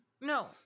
No